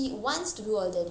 ஆனால் விலை:aanal vilai